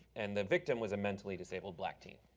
and the victim was a mentally disabled black teen.